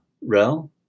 Rel